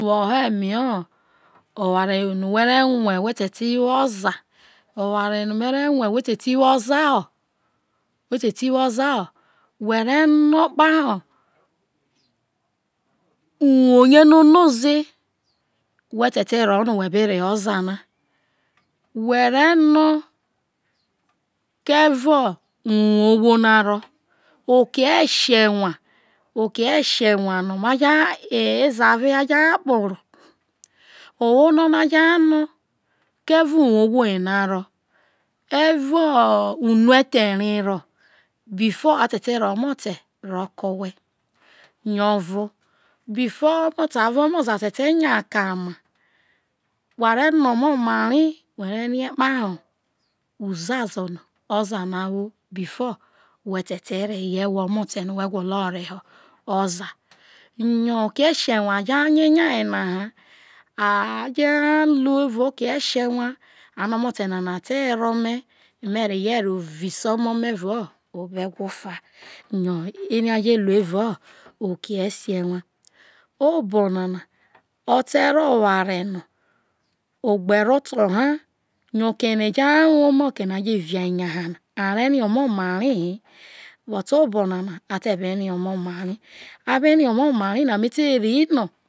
Woho eme oware no who rie rue who te ti who oza ho̱ oware no who ne oza ho who no̱ uwuo no ze tare who tete reho oza na ha no̱ keve uwuo ohwo na o ro oke esinwa eza avo eya je ha kpo orro eve unuwuo ohwo yena oro̱ before atete ro̱ o̱mote ke owhe re rie omomara whe re kpale uzazo̱ oza no a wo before who te̱ te reho rie reko evao esenwa a je ha nya onya yena ha ano omote yena te were ome me rehe vi se ome me evao ewho fa yo ajo ru evao oke esenwa obonana. Ote ro̱ oware no ogbe ro oto ha oke yena oja ha woma oke no a je vi nya na a re re omomaraha reko obonana a te be re omomara me te re no̱ ejo na.